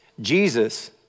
Jesus